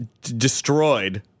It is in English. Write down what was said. destroyed